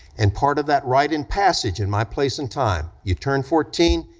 and part of that rite in passage in my place and time, you turned fourteen,